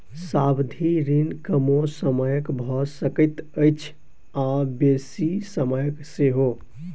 सावधि ऋण कमो समयक भ सकैत अछि आ बेसी समयक सेहो